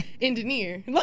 Engineer